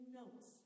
notes